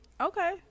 okay